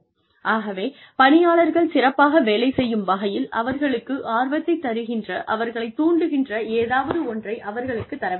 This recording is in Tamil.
ஆகவே பணியாளர்கள் சிறப்பாக வேலை செய்யும் வகையில் அவர்களுக்கு ஆர்வத்தைத் தருகின்ற அவர்களைத் தூண்டுகின்ற ஏதாவது ஒன்றை அவர்களுக்குத் தர வேண்டும்